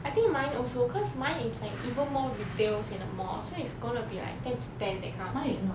I think mine also cause mine is like even more retails in a mall so it's gonna be like ten to ten that kind of thing